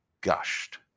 gushed